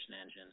engine